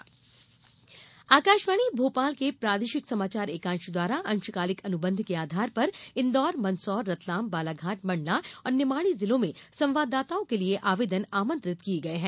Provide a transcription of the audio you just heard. अशंकालिक संवाददाता आकाशवाणी भोपाल के प्रादेशिक समाचार एकांश द्वारा अंशकालिक अनुबंध के आधार पर इन्दौर मंदसौर रतलाम बालाघाट मंडला और निवाड़ी जिलों में संवाददाताओं के लिये आवेदन आमंत्रित किये गये हैं